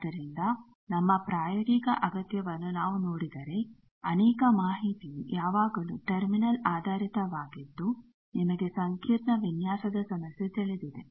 ಆದ್ದರಿಂದ ನಮ್ಮ ಪ್ರಾಯೋಗಿಕ ಅಗತ್ಯವನ್ನು ನಾವು ನೋಡಿದರೆ ಅನೇಕ ಮಾಹಿತಿಯು ಯಾವಾಗಲೂ ಟರ್ಮಿನಲ್ ಆಧಾರಿತವಾಗಿದ್ದು ನಿಮಗೆ ಸಂಕೀರ್ಣ ವಿನ್ಯಾಸದ ಸಮಸ್ಯೆ ತಿಳಿದಿದೆ